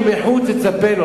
"מבית ומחוץ תצפנו".